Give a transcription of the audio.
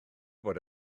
bod